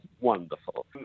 wonderful